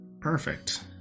Perfect